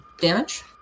damage